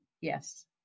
Yes